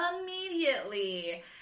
immediately